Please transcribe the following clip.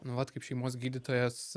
nu vat kaip šeimos gydytojas